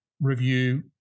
Review